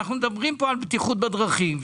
אנחנו מדברים פה על בטיחות בדרכים,